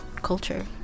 Culture